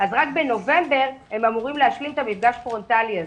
אז רק בנובמבר הם אמורים להשלים את המפגש הפרונטלי הזה.